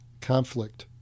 Conflict